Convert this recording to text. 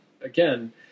again